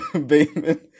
Batman